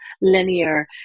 linear